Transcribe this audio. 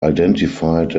identified